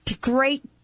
great